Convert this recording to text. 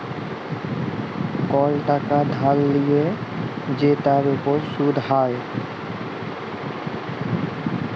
call টাকা ধার লিয়ে যে তার উপর শুধ হ্যয়